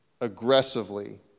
aggressively